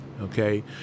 Okay